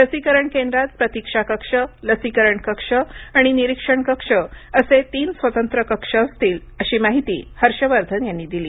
लसीकरण केंद्रात प्रतीक्षा कक्ष लसीकरण कक्ष आणि निरीक्षण कक्ष असे तीन स्वतंत्र कक्ष असतील अशी माहिती हर्ष वर्धन यांनी दिली